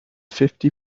fifty